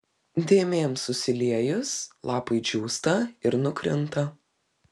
dėmėms susiliejus lapai džiūsta ir nukrinta